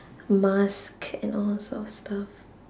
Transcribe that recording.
mask and all sort of stuff